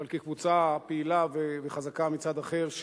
אבל כקבוצה פעילה וחזקה מצד אחר,